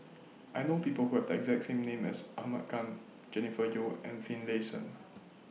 I know People Who Have The exact same name as Ahmad Khan Jennifer Yeo and Finlayson